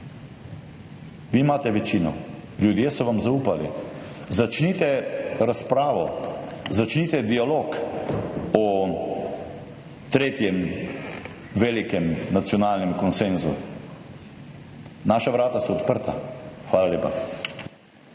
Vi imate večino. Ljudje so vam zaupali. Začnite razpravo, začnite dialog o tretjem velikem nacionalnem konsenzu, naša vrata so odprta. Hvala lepa.